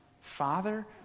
Father